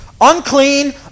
Unclean